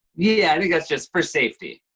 yeah. i think that's just for safety.